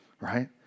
Right